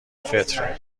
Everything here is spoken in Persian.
فطره